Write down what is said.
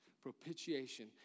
Propitiation